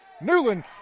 Newland